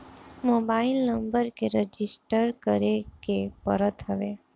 mobile number के register करे के पड़त हवे